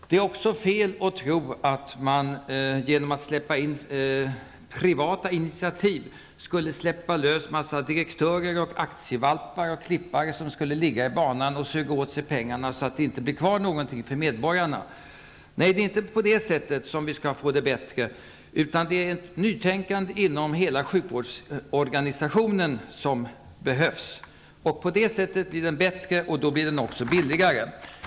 Det är också fel att tro att man, genom att släppa in privata initiativ, skulle släppa lös direktörer, aktievalpar och klippare, som skulle suga åt sig pengarna så att det inte blir någonting kvar för medborgarna. Nej, det är inte på det sättet som vi skall få det bättre, utan det är nytänkande inom hela sjukvårdsorganisationen som behövs för att få sjukvården bättre och billigare.